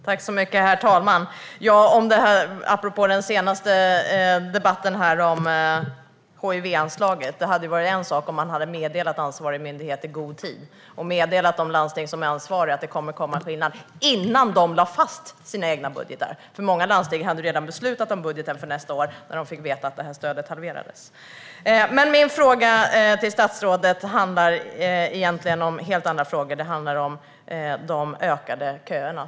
Herr talman! Jag ska säga något apropå den senaste debatten om hivanslaget. Det hade varit en sak om man hade meddelat ansvariga myndigheter i god tid, om man hade meddelat landstingen, som är ansvariga, att det kommer att bli en skillnad innan de hade lagt fast sina budgetar. Många landsting hade redan beslutat om budgeten för nästa år när de fick veta att stödet skulle halveras. Men min fråga till statsrådet handlar egentligen om någonting helt annat. Den handlar om de ökade köerna.